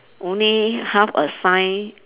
only half a sign